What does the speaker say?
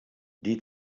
die